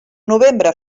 novembre